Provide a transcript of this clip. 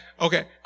okay